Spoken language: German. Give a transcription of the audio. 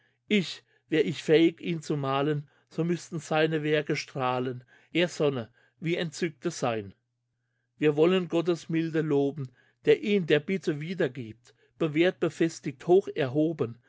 ich wär ich fähig ihn zu malen so müssten seine werke strahlen er sonne wie entzückte sein wir wollen gottes milde loben der ihn der bitte wiedergibt bewehrt befestigt hoch erhoben